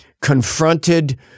confronted